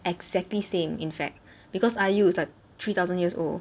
exactly same in fact because IU is like three thousand years old